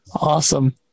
Awesome